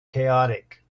chaotic